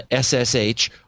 ssh